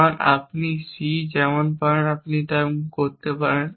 কারণ আপনি C যেমন পারেন আপনি করতে পারেন